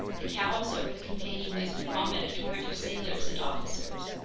the cowls over the companionways would vomit a torrent of sailors and officers.